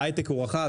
ההיי-טק הוא רחב,